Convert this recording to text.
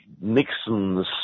Nixon's